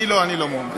אני לא, אני לא מעוניין.